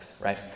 right